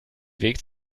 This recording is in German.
weg